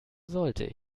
sollte